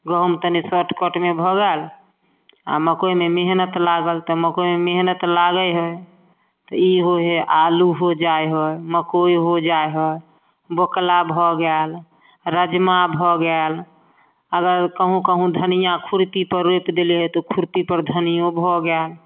गहूम तनि शॉर्टकटमे भऽ गेल आओर मकइमे मेहनति लागल तऽ मकइमे मेहनति लागै हइ तऽ ई होइ हइ आलू हो जाए हइ मकइ हो जाए हइ बोकला भऽ गेल राजमा भऽ गेल अगर कहीँ कहीँ धनिआ खुरपीपर रोपि देले हइ तऽ खुरपीपर धनिओ भऽ गेल